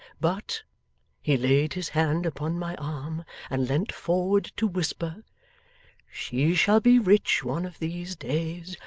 but' he laid his hand upon my arm and leant forward to whisper she shall be rich one of these days,